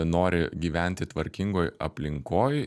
nori gyventi tvarkingoj aplinkoj